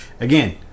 again